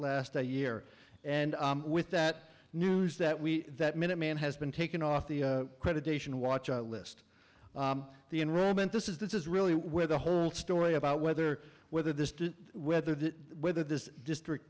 last a year and with that news that we that minute man has been taken off the credit patient watch out list the enrollment this is this is really where the whole story about whether whether this whether the whether this district